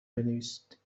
بنویسید